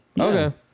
Okay